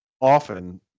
often